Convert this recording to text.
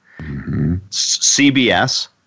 CBS